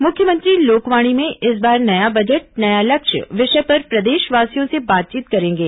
मुख्यमंत्री लोकवाणी में इस बार नया बजट नया लक्ष्य विषय पर प्रदेशवासियों से बातचीत करेंगे